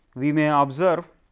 we may ah observe